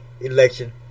election